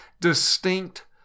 distinct